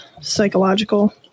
psychological